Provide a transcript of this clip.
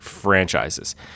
franchises